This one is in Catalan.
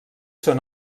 són